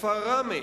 בכפר ראמה